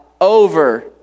over